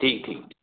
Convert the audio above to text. ठीक ठीक ठीक